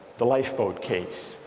the lifeboat case,